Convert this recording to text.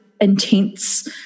intense